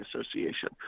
Association